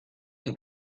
que